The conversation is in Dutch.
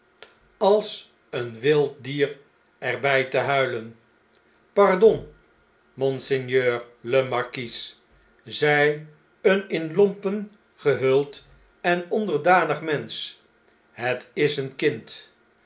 als een wild dier er by te huilen pardon monseigneur de markies zij een in lompen gehuld en onderdanig mensch het is een kind